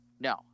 no